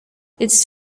its